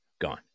Gone